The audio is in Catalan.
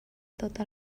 tot